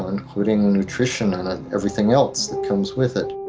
including nutrition and everything else that comes with it.